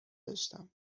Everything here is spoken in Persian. داشتم